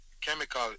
chemical